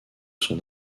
son